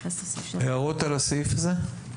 הערות על הסעיף הזה?